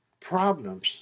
problems